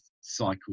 cycle